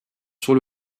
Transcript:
sur